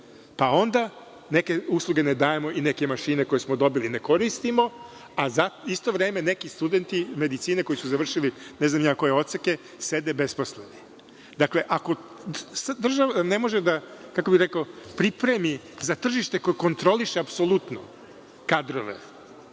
pa onda neke usluge ne dajemo i neke mašine koje smo dobili ne koristimo, a za isto vreme neki studenti medicine koji su završili ne znam ni ja koje odseke sede besposleni. Dakle, ako država ne može da pripremi za tržište koje kontroliše, apsolutno kadrove,